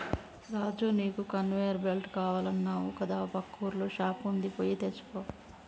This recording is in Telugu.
రాజు నీకు కన్వేయర్ బెల్ట్ కావాలన్నావు కదా పక్కూర్ల షాప్ వుంది పోయి తెచ్చుకో